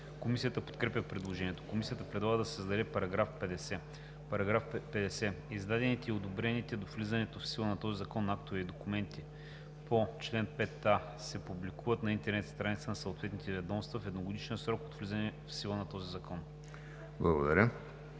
Комисията подкрепя предложението. Комисията предлага да се създаде § 50: „§ 50. Издадените и одобрените до влизането в сила на този закон актове и документи по чл. 5а се публикуват на интернет страниците на съответните ведомства в едногодишен срок от влизането в сила на този закон.“